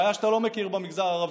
בעיה שאתה לא מכיר במגזר הערבי.